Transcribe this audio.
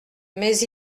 mais